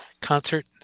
concert